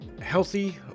healthy